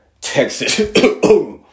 Texas